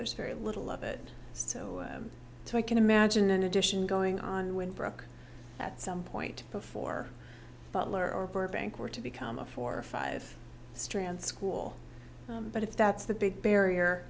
there's very little of it so i can imagine an addition going on when brooke at some point before butler or burbank were to become a four or five strand school but if that's the big barrier